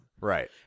Right